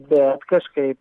bet kažkai